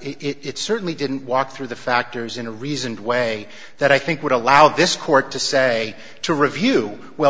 it certainly didn't walk through the factors in a reasoned way that i think would allow this court to say to review well